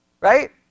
right